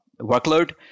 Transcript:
workload